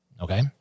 Okay